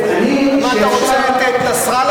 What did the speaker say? מה, אתה רוצה את נסראללה?